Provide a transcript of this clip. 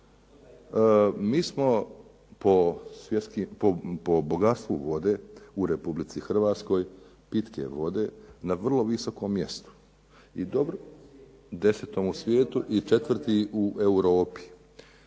Mi smo po bogatstvu vode u RH, pitke vode, na vrlo visokom mjestu. Desetom u svijetu i četvrti u Europi,